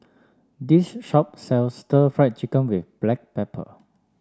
this shop sells Stir Fried Chicken with Black Pepper